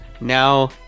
Now